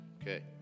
okay